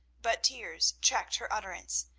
but tears checked her utterance,